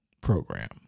program